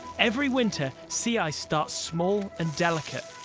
every winter, sea ice starts small and delicate.